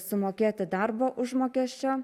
sumokėti darbo užmokesčio